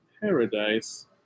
paradise